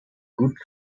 good